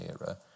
era